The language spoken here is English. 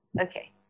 Okay